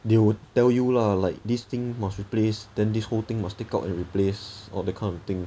they will tell you lah like this thing must replace then this whole thing must take out and replace or that kind of thing